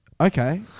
Okay